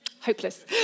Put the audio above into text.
hopeless